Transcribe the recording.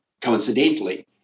coincidentally